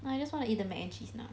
I just wanna eat the mac and cheese